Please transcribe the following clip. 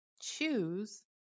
choose